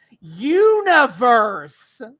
universe